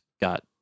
got